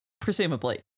presumably